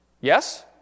Yes